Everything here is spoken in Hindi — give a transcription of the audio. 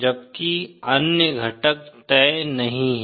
जबकि अन्य घटक तय नहीं हैं